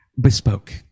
bespoke